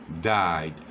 died